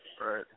right